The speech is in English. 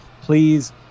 please